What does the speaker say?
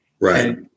Right